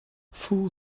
full